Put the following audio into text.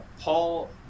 Paul